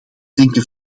denken